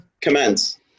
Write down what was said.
Commence